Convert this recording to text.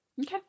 okay